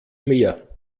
mehr